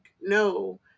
no